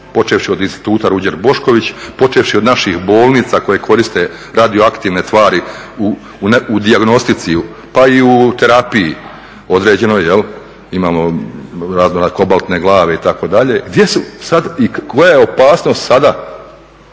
Počevši od Instituta Ruđer Bošković, počevši od naših bolnica koje koriste radioaktivne tvari u dijagnostici pa i u terapiji određenoj jel'. Imamo raznorazne kobaltne glave itd. Gdje su sad i koja je opasnost sada